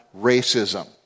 racism